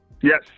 Yes